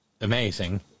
amazing